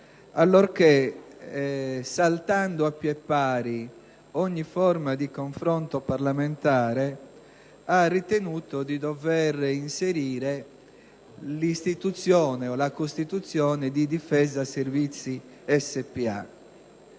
allorché, saltando a pié pari ogni forma di confronto parlamentare, ha ritenuto di dover inserire l'istituzione o la costituzione di Difesa Servizi Spa.